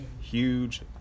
huge